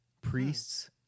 priests